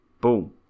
boom